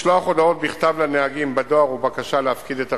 משלוח הודעות בכתב לנהגים בדואר ובקשה להפקיד את הרשיון,